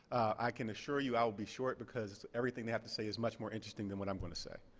i can assure you i'll be short, because everything they have to say is much more interesting than what i'm going to say.